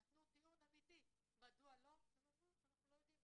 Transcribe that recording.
נתנו טיעון אמיתי מדוע לא והם אמרו שהם לא יודעים,